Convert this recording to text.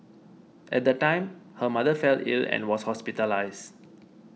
at the time her mother fell ill and was hospitalised